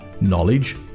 knowledge